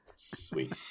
sweet